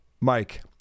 Mike